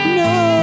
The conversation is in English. no